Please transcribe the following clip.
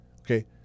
Okay